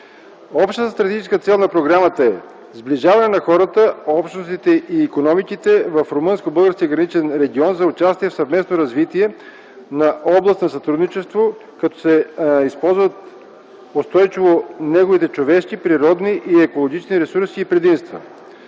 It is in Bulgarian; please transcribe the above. Общата стратегическа цел на Програмата е: сближаване на хората, общностите и икономиките в румънско-българския граничен регион за участие в съвместното развитие на област на сътрудничество, като се използват неговите човешки, природни и екологични ресурси и предимства.